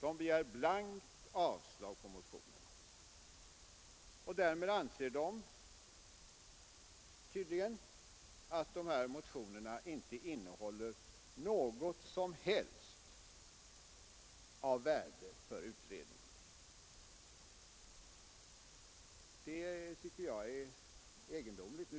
De begär blankt avslag på motionerna. Därmed anser de tydligen att dessa motioner inte innehåller något som helst av värde för utredningen. Det tycker jag är egendomligt.